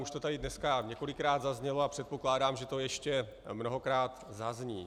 Už to tady dneska několikrát zaznělo a předpokládám, že to ještě mnohokrát zazní.